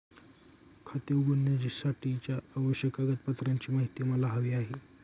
खाते उघडण्यासाठीच्या आवश्यक कागदपत्रांची माहिती मला हवी आहे